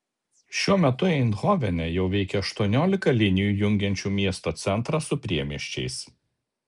šiuo metu eindhovene jau veikia aštuoniolika linijų jungiančių miesto centrą su priemiesčiais